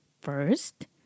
First